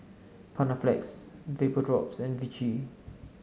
Panaflex Vapodrops and Vichy